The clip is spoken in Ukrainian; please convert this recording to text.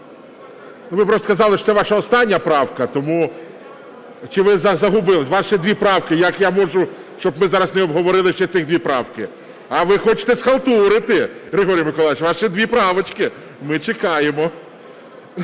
Ви просто казали, що це ваша остання правка, тому… Чи ви загубились? У вас ще дві правки, як я можу, щоб ми зараз не обговорили ще цих дві правки. А ви хочете схалтурити, Григорій Миколайович, у вас ще дві правочки, ми чекаємо.